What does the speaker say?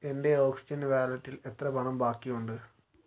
എൻ്റെ ഓക്സിജൻ വാലെറ്റിൽ എത്ര പണം ബാക്കിയുണ്ട്